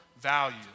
value